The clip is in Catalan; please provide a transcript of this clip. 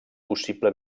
possible